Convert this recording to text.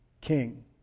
king